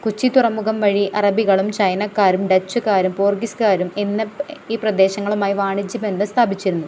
കൊച്ചി തുറമുഖം വഴി അറബികളും ചൈനക്കാരും ഡച്ചുകാരും പോർഗീസ്കാരും ഈ പ്രദേശങ്ങളുമായി വാണിജ്യബന്ധം സ്ഥാപിച്ചിരുന്നു